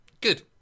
Good